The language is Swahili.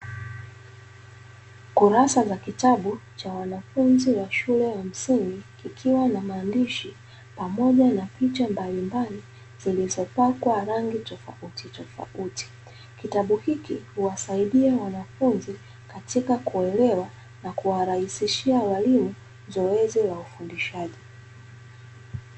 Kurasa za kitabu cha wanafunzi wa shule za msingi, kikiwa na maandishi pamoja na picha mbalimbali zilizopakwa rangi tofautitofauti. Kitabu hiki huwasaidia wanafunzi katika kuelewa na kuwarahisishia walimu zoezi la ufundishaji.